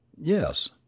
Yes